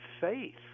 faith